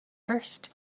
first